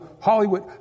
Hollywood